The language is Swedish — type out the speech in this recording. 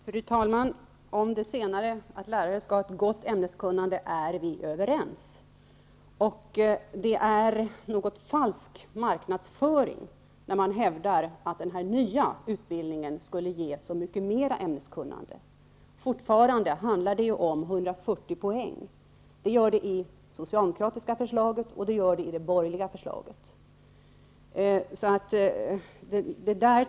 Fru talman! Om det senare, att lärare skall ha ett gott ämneskunnande, är vi överens. Det är dock en något falsk marknadsföring när man hävdar att den nya utbildningen skulle ge så mycket mer av ämneskunnande. Fortfarande handlar det om 140 poäng. Det gör det i det socialdemokratiska förslaget och i det borgerliga förslaget.